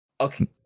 Okay